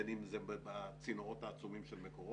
בין אם זה בצינורות העצומים של מקורות,